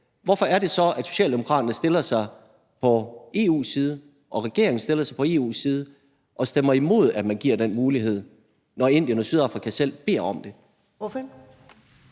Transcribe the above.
hvorfor er det så, at Socialdemokraterne stiller sig på EU's side og regeringen stiller sig på EU's side og stemmer imod, at man giver den mulighed – når Indien og Sydafrika selv beder om det? Kl.